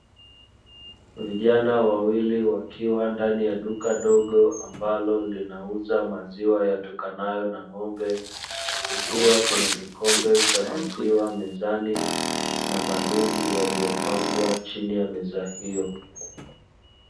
Wafanyabiashara wawili wakiwa ndani ya duka dogo ambalo linauza maziwa yatokanayo na ng'ombe kukiwa kuna kikombe cha maziwa mezani na madumu yaliyopangwa chini ya meza hiyo.